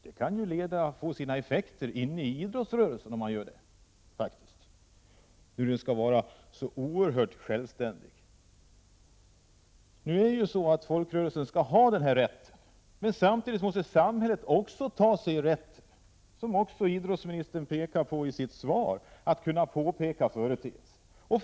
Detta kan få effekter inne i idrottsrörelsen, faktiskt, fastän den skall vara så oerhört självständig. Nu skall folkrörelsen ha denna rätt, men samhället måste också ta sig rätten, vilket idrottsministern också påpekar i sitt svar, att kunna påtala företeelsen.